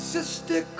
Sister